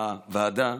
בוועדה,